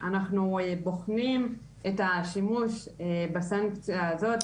אנחנו בוחנים את השימוש בסנקציה הזאת,